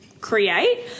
create